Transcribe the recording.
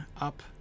up